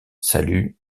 salue